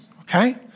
okay